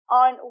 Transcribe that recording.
on